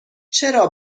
چرا